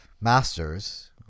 Masters